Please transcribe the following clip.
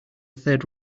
third